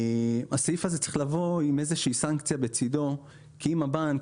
הסעיף הזה צריך לבוא עם איזושהי סנקציה בצדו כי אם הבנק,